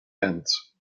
ends